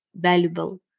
valuable